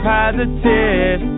positive